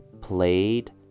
played